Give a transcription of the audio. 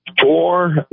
four